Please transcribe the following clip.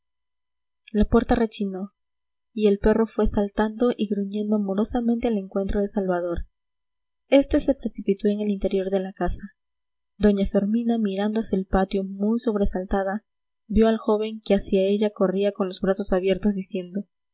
la puerta rechinó y el perro fue saltando y gruñendo amorosamente al encuentro de salvador este se precipitó en el interior de la casa doña fermina mirando hacia el patio muy sobresaltada vio al joven que hacia ella corría con los brazos abiertos diciendo